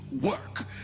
work